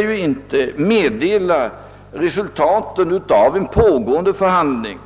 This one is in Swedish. ju inte meddela resultaten av en pågående förhandling.